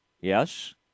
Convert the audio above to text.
Yes